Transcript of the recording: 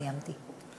סיימתי.